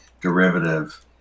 derivative